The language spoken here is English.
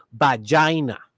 vagina